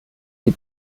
die